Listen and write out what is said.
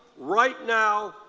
right now,